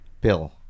Bill